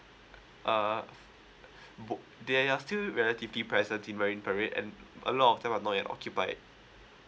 uh book there are still relatively present in marine parade and a lot of them are not yet occupied